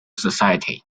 society